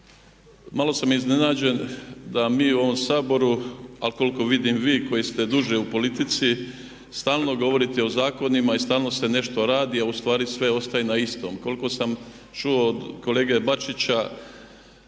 Malo sam iznenađen da mi u ovom Saboru a koliko vidim vi koji ste duže u politici stalno govorite o zakonima i stalno se nešto radi a ustvari sve ostaje na istom. Koliko sam čuo kolegu Bačića,